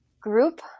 group